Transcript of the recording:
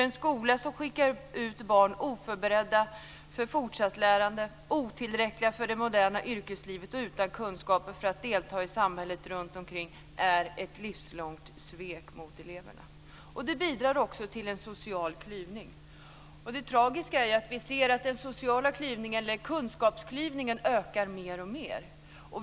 En skola som skickar ut barn oförberedda för fortsatt lärande, med otillräckliga kunskaper för det moderna yrkeslivet och utan kunskaper för att delta i samhället runtomkring utgör ett livslångt svek mot eleverna. Det bidrar också till en social klyvning. Det tragiska är att vi ser att den sociala klyvningen, kunskapsklyvningen, ökar mer och mer.